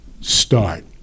start